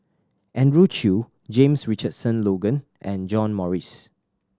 Andrew Chew James Richardson Logan and John Morrice